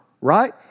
Right